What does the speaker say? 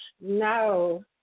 No